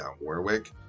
Warwick